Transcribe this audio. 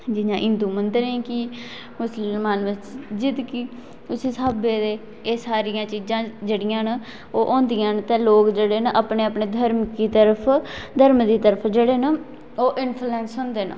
जियां हिंदू मंदरें गी मुस्लमान मस्जिद गी उस स्हाबै दे एह् सारियां चीजां जेह्ड़ियां न ओह् होंदियां न ते लोक जेह्ड़े न अपने अपने धर्में गी तरफ धर्म दी तरफ जेह्ड़े न ओह् इंफलैंस होंदे न